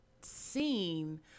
seen